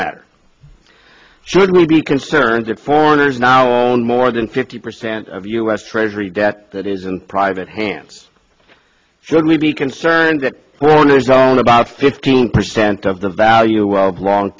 matter should we be concerned that foreigners now own more than fifty percent of u s treasury debt that is in private hands should we be concerned that warner's own about fifteen percent of the value of long